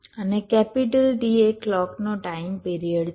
અને T એ કલોકનો ટાઇમ પિરિયડ છે